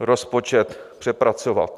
rozpočet přepracovat.